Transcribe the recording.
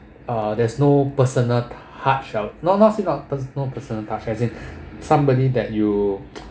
uh there's no personal touch shall no not say no personal personal touch as in somebody that you